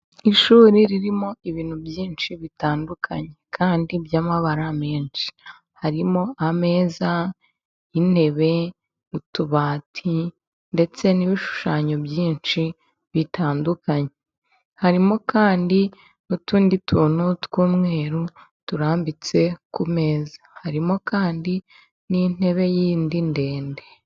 Ishuri ririmo ibintu byinshi bitandukanye kandi by'amabara menshi, harimo ameza, intebe, utubati ndetse n'ibishushanyo byinshi bitandukanye, harimo kandi n'utundi tuntu tw'umweru turambitse ku meza, harimo kandi n'intebe y'indi ndende.